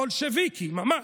הבולשביקי ממש,